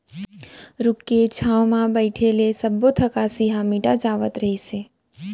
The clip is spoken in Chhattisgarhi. रूख के छांव म बइठे ले सब्बो थकासी ह मिटा जावत रहिस हे